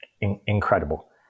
incredible